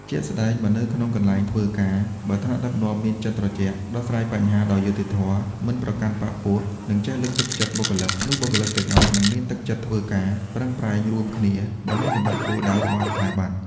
ជាក់ស្ដែង បើនៅក្នុងកន្លែងធ្វើការ បើថ្នាក់ដឹកនាំមានចិត្តត្រជាក់ ដោះស្រាយបញ្ហាដោយយុត្តិធម៌ មិនប្រកាន់បក្សពួក និងចេះលើកទឹកចិត្តបុគ្គលិក នោះបុគ្គលិកទាំងអស់នឹងមានទឹកចិត្តធ្វើការ ប្រឹងប្រែងរួមគ្នាដើម្បីសម្រេចគោលដៅរបស់ស្ថាប័ន។